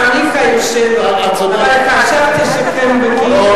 גם לי היו שאלות, אבל חשבתי שהם בקיאים.